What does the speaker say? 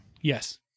Yes